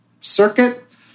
circuit